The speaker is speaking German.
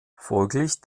folglich